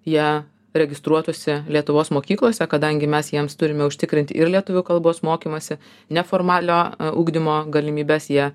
jie registruotųsi lietuvos mokyklose kadangi mes jiems turime užtikrint ir lietuvių kalbos mokymąsi neformalio ugdymo galimybes jie